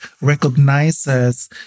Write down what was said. recognizes